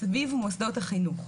סביב מוסדות החינוך.